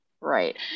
Right